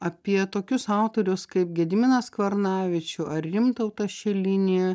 apie tokius autorius kaip gediminą skvarnavičių ar rimtautą šilinį